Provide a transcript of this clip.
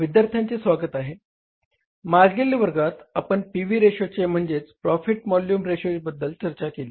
विद्यार्थ्यांचे स्वागत आहे मागील वर्गात आपण पी व्ही रेशो म्हणजेच प्रॉफिट टू व्हॉल्युम रेशोबद्द्ल चर्चा केली